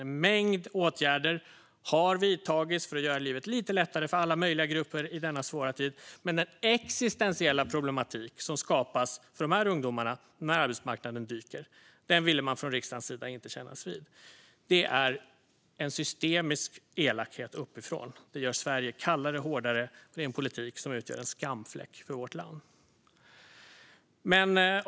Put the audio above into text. En mängd åtgärder har vidtagits för att göra livet lite lättare för alla möjliga grupper i denna svåra tid. Men den existentiella problematik som skapas för de här ungdomarna när arbetsmarknaden dyker ville man från riksdagens sida inte kännas vid. Det är en systemisk elakhet uppifrån. Den gör Sverige kallare och hårdare. Det är en politik som utgör en skamfläck för vårt land.